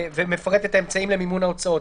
ומפרט את האמצעים למימון ההוצאות.